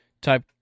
type